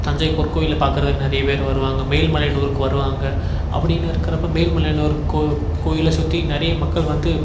தஞ்சை பொற்கோயில் பார்க்குறதுக்கு நிறைய பேர் வருவாங்க மேல்மலையனூருக்கு வருவாங்க அப்படினு இருக்கிறப்போ மேலமலையனூர் கோ கோயிலை சுற்றி நிறைய மக்கள் வந்து